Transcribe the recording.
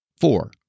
four